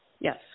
Yes